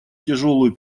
тяжелую